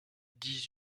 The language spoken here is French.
dix